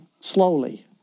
slowly